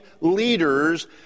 leaders